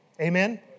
Amen